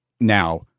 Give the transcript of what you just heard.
now